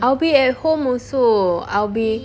I'll be at home also I'll be